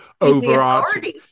overarching